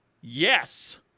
yes